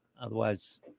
otherwise